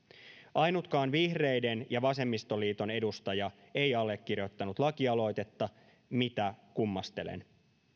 ainutkaan vihreiden ja vasemmistoliiton edustaja ei allekirjoittanut lakialoitetta mitä kummastelen